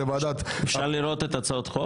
אפשר לראות את הצעות החוק?